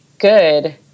good